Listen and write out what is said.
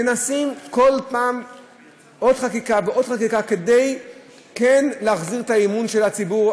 מנסים כל פעם עוד חקיקה ועוד חקיקה כדי להחזיר את האמון של הציבור,